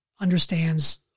understands